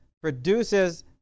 produces